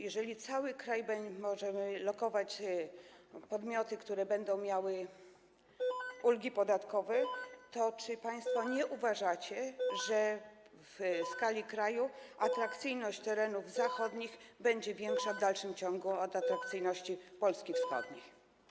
Jeżeli w całym kraju możemy lokować podmioty, które będą miały ulgi podatkowe, to czy państwo nie uważacie, że w skali kraju atrakcyjność terenów zachodnich będzie w dalszym ciągu większa od atrakcyjności Polski wschodniej?